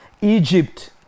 Egypt